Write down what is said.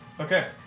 Okay